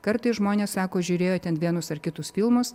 kartais žmonės sako žiūrėjo ten vienus ar kitus filmus